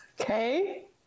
Okay